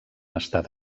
estat